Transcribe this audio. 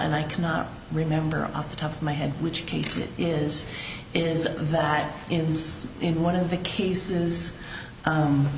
and i cannot remember off the top of my head which case it is is that it's in one of the cases